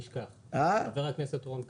חבר הכנסת רון כץ.